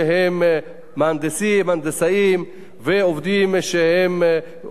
עובדים שהם עובדי המעבר,